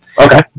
Okay